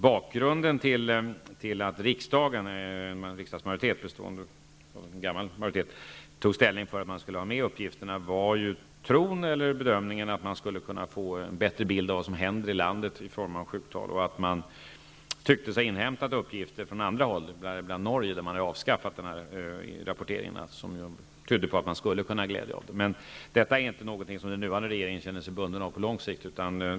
Bakgrunden till att den förra riksdagsmajoriteten tog ställning för att man skulle ha med uppgifterna var bedömningen att man skulle kunna få en bättre bild av vad som händer i landet i form av sjuktal. Man tyckte sig ha inhämtat uppgifter från andra håll -- däribland Norge, där den här rapporteringen har avskaffats -- som tydde på att man skulle kunna ha glädje av rapporteringen. Men detta är inte någonting som den nuvarande regeringen känner sig bunden av på lång sikt.